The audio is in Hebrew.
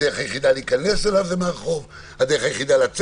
הדרך היחידה להיכנס אליו זה מהרחוב,